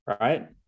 right